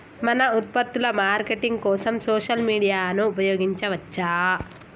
మన ఉత్పత్తుల మార్కెటింగ్ కోసం సోషల్ మీడియాను ఉపయోగించవచ్చా?